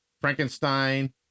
frankenstein